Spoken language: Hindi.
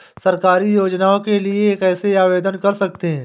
सरकारी योजनाओं के लिए कैसे आवेदन कर सकते हैं?